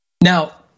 Now